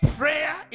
prayer